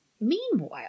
Meanwhile